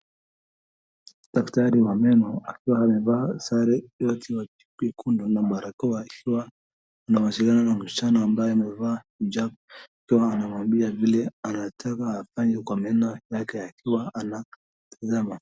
Daktari wa meno akiwa amevaa sare nyekundu na barakoa akiwa anawasiliana na msichana ambaye amevaa hijab, akiwa anamwambia vile anataka afanye kwa meno yake akiwa anatizama.